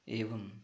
एवम्